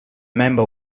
member